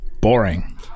Boring